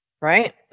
Right